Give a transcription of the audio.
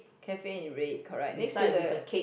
cafe in red correct next to the